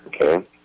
Okay